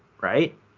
right